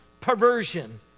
perversion